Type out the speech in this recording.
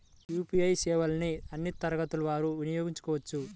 UPI సేవలని అన్నీ తరగతుల వారు వినయోగించుకోవచ్చా?